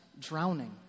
drowning